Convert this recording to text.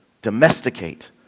domesticate